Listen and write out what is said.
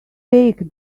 take